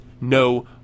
no